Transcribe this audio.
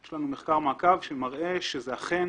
יש לנו מחקר מעקב שמראה שאכן